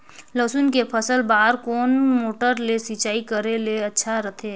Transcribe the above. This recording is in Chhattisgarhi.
लसुन के फसल बार कोन मोटर ले सिंचाई करे ले अच्छा रथे?